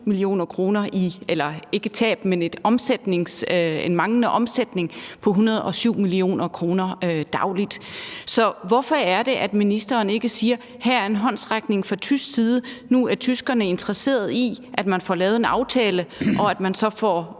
juni er om rigtig lang tid, når man ser på en manglende omsætning på 107 mio. kr. dagligt. Så hvorfor er det, at ministeren ikke siger, at her er en håndsrækning fra tysk side, og nu er tyskerne interesseret i, at man får lavet en aftale, og så